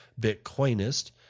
Bitcoinist